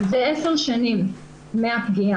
זה עשר שנים מהפגיעה.